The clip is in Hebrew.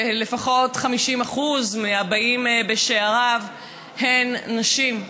שלפחות 50% מהבאים בשעריהם הם נשים.